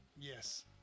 yes